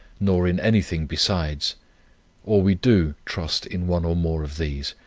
nor in anything besides or we do trust in one or more of these,